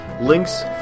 links